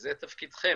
וזה תפקידכם.